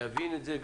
להבין את זה.